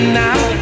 now